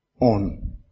on